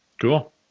Cool